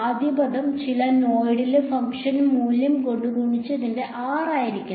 ആദ്യ പദം ചില നോഡിലെ ഫംഗ്ഷന്റെ മൂല്യം കൊണ്ട് ഗുണിച്ചതിന്റെ r ആയിരിക്കണം